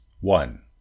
One